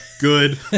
Good